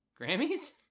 Grammys